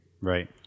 Right